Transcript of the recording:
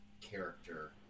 character